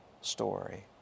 story